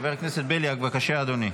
חבר הכנסת בליאק, בבקשה, אדוני.